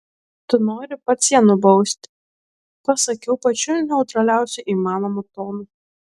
tu nori pats ją nubausti pasakiau pačiu neutraliausiu įmanomu tonu